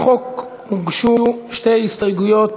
לחוק הוגשו שתי הסתייגויות,